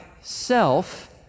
self